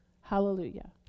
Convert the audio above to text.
Hallelujah